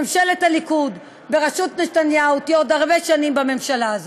שהליכוד בראשות נתניהו יהיה עוד הרבה שנים בממשלה הזאת.